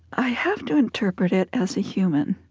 i have to interpret it as a human,